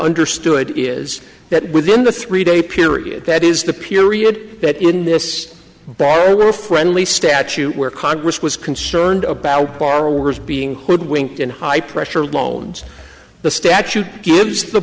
understood is that within the three day period that is the period that in this barlow friendly statute where congress was concerned about borrowers being hoodwinked in high pressure loans the statute gives the